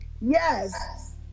yes